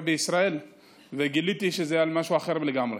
בישראל וגיליתי שזה על משהו אחר לגמרי,